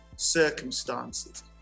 circumstances